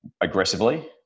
aggressively